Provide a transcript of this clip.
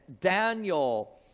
Daniel